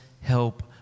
help